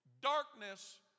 Darkness